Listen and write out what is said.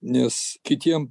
nes kitiem